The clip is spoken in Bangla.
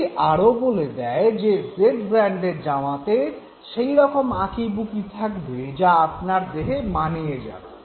এটি আরো বলে দেয় যে জেড ব্র্যান্ডের জামাতে সেই রকম আঁকিবুঁকি থাকবে যা আপনার দেহে মানিয়ে যাবে